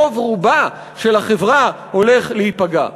הרוב הגדול של החברה הולך להיפגע.